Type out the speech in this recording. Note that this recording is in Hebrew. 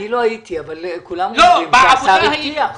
אני לא הייתי, אבל כולם אומרים שהשר הבטיח.